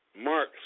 Mark